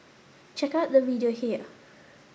check out the video here